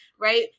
right